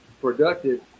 productive